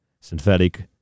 Synthetic